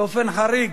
באופן חריג.